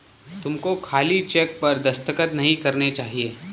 तुमको खाली चेक पर दस्तखत नहीं करने चाहिए